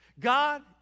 God